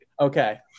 Okay